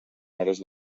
hores